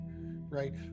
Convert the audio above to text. right